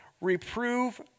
reprove